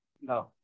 No